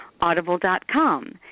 Audible.com